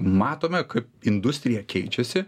matome kad industrija keičiasi